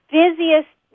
busiest